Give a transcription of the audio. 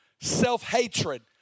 self-hatred